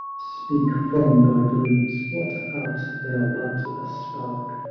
speak from thy glooms, what art thou but a spark?